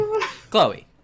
chloe